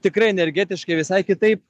tikrai energetiškai visai kitaip